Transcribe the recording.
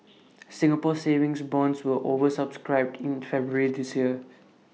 Singapore savings bonds were over subscribed in February this year